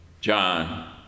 John